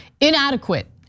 inadequate